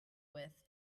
with